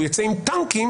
הוא יצא עם טנקים.